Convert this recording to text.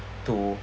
to